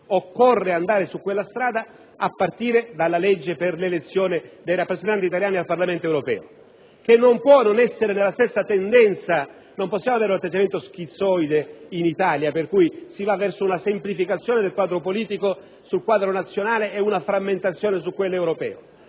occorre andare su quella strada, a partire dalla legge per l'elezione dei rappresentanti italiani al Parlamento europeo, che non può non essere nella stessa tendenza. Non possiamo avere un atteggiamento schizoide, per cui si va verso una semplificazione del quadro politico nazionale e una frammentazione sul versante europeo.